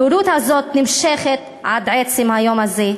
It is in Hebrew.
הבורות הזאת נמשכת עד עצם היום הזה.